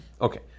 Okay